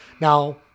now